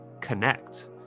connect